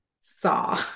saw